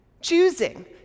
Choosing